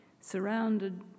surrounded